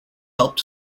helped